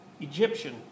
Egyptian